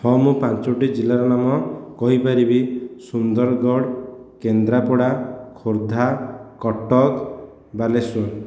ହଁ ମୁଁ ପାଞ୍ଚୋଟି ଜିଲ୍ଲାର ନାମ କହିପାରିବି ସୁନ୍ଦରଗଡ଼ କେନ୍ଦ୍ରାପଡ଼ା ଖୋର୍ଦ୍ଧା କଟକ ବାଲେଶ୍ୱର